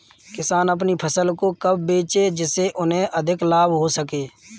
किसान अपनी फसल को कब बेचे जिसे उन्हें अधिक लाभ हो सके?